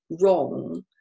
wrong